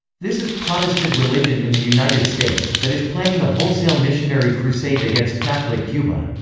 this is protestant religion in the united states, that is planning a wholesale missionary crusade against catholic cuba.